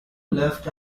left